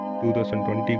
2020